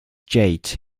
jade